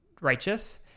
righteous